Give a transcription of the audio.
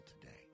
today